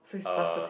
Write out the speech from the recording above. uh